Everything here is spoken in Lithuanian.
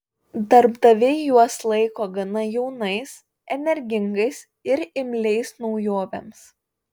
darbdaviai juos laiko gana jaunais energingais ir imliais naujovėms